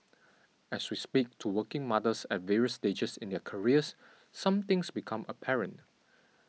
as we speak to working mothers at various stages in their careers some things become apparent